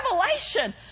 revelation